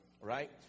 right